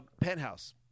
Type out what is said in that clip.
penthouse